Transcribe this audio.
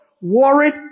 worried